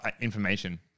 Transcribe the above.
information